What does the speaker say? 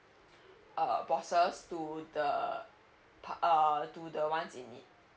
uh bosses to the pa~ to the ones in need